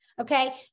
okay